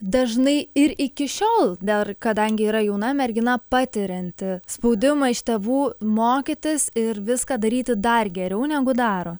dažnai ir iki šiol dar kadangi yra jauna mergina patirianti spaudimą iš tėvų mokytis ir viską daryti dar geriau negu daro